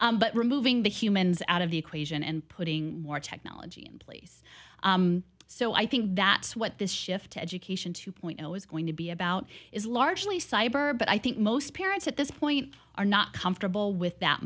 but removing the humans out of the equation and putting more technology in place so i think that's what this shift to education two point zero is going to be about is largely cyber but i think most parents at this point are not comfortable with that